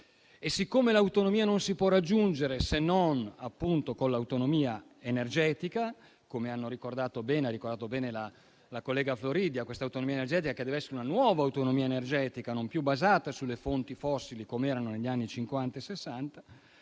E siccome l'autonomia non la si può raggiungere se non appunto con l'autonomia energetica - come ha ricordato bene la collega Floridia - che deve essere una nuova autonomia energetica, non più basata sulle fonti fossili, come era negli anni